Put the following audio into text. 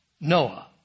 Noah